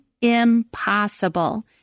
impossible